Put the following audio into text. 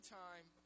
time